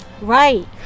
Right